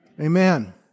Amen